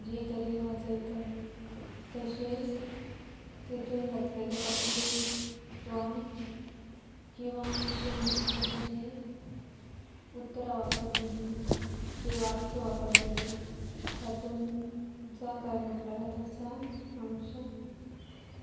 जे तरेन वाजयतात तशेंच तितून घातलेले कपडे वा किंवां तितून म्हटलेली जीं उतरां वापरलेली जी वाक्य वापरलेले तातूून ज कां म्हटलेर तसा आमच्या